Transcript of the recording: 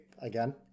Again